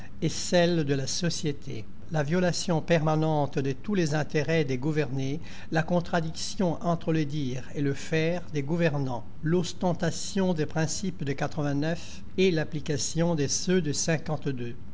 et celles de la société la violation permanente de tous les intérêts des gouvernés la contradiction entre le dire et le faire des gouvernants l'ostentation des principes de et l'application de ceux de